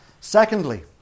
Secondly